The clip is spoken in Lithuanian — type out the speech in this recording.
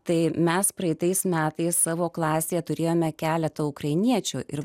tai mes praeitais metais savo klasėje turėjome keletą ukrainiečių ir